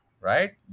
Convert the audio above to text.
right